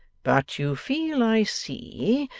but you feel, i see,